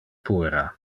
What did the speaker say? puera